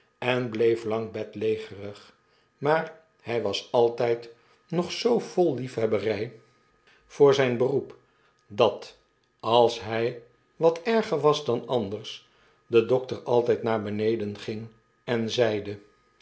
en bleef lang bedlegerig maar hjj was altijd nog zoo vol liefhebbertj voor zyn beroep dat als hy waterger was dan anders dedokter altyd naar beneden ging en zeide